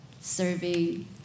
serving